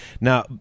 Now